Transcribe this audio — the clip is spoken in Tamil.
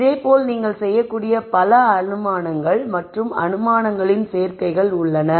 இதே போல் நீங்கள் செய்யக்கூடிய பல அனுமானங்கள் மற்றும் அனுமானங்களின் சேர்க்கைகள் உள்ளன